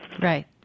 Right